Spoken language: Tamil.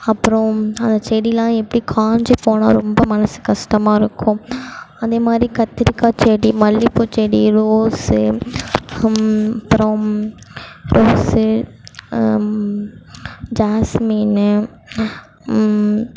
அப்பறம் அந்த செடிலாம் எப்படி காய்ஞ்சிப் போனால் ரொம்ப மனது கஷ்டமாக இருக்கும் அதே மாதிரி கத்திரிக்காய் செடி மல்லிகைப்பூ செடி ரோஸ்ஸு அப்பறம் ரோஸ்ஸு ஜாஸ்மீனு